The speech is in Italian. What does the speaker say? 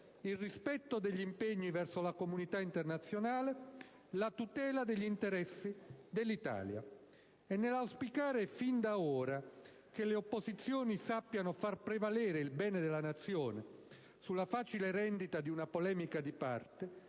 il rispetto degli impegni verso la comunità internazionale e la tutela degli interessi dell'Italia. Nell'auspicare fin da ora che le opposizioni sappiano far prevalere il bene della Nazione sulla facile rendita di una polemica di parte,